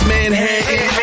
Manhattan